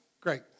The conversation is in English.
great